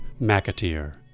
McAteer